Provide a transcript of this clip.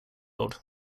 old